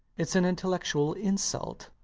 its an intellectual insult.